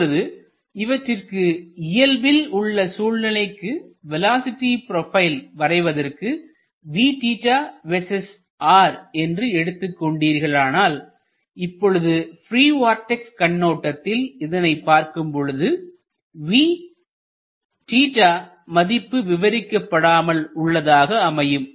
இப்பொழுது இவற்றிற்கு இயல்பில் உள்ள சூழ்நிலைக்கு வேலோஸிட்டி ப்ரொபைல் வரைவதற்கு vs r என்று எடுத்துக் கொண்டீர்களானால்இப்பொழுது ப்ரீ வார்டெக்ஸ் கண்ணோட்டத்தில் இதனைப் பார்க்கும் பொழுது மதிப்பு விவரிக்கபடாமல் உள்ளதாக அமையும்